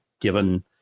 given